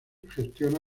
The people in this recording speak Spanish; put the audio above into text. gestiona